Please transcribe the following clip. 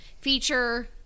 feature